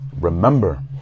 Remember